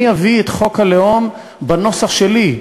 אני אביא את חוק הלאום בנוסח שלי,